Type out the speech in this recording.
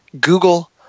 Google